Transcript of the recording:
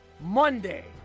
Monday